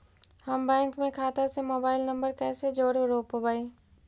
हम बैंक में खाता से मोबाईल नंबर कैसे जोड़ रोपबै?